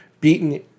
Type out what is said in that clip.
beaten